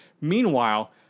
meanwhile